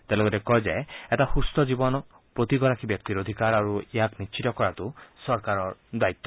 তেওঁ লগতে কয় যে এটা সুস্থ জীৱন প্ৰতিগৰাকী ব্যক্তিৰ অধিকাৰ আৰু ইয়াক নিশ্চিত কৰাটো চৰকাৰৰ দায়িত্ব